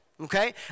okay